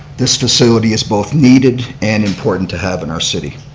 this facility is both needed and important to have in our city.